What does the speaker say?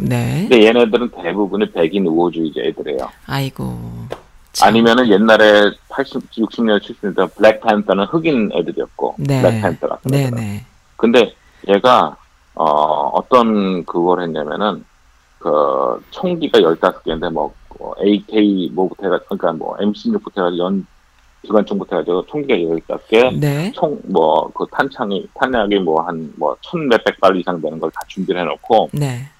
네. 근데 얘네들은 대부분이 백인 우호주의자 애들이에요. 아이고, 참. 아니면은 옛날에 80, 60년, 70년대 Black Panther는 흑인 애들이었고, Black 네. Panther라 그러더라고요. 네네. 근데 얘가, 어, 어떤 그걸 했냐면은 그 총기가 15개인데 뭐, 어, AK 뭐부터 해가- 그러니까 뭐 M16부터 해가지고 연- 기관총부터 해가지고 총기가 15개, 네. 총 뭐, 그 탄창이- 탄약이 뭐 한 뭐 천 몇백 발 이상 되는 걸 다 준비를 해놓고 네.